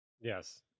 Yes